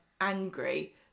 angry